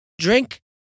drink